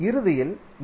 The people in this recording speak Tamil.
இறுதியில் ஏ